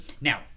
now